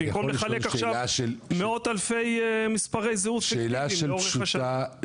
במקום לחלק עכשיו מאות אלפי מספרי זהות פיקטיביים לאורך השנים.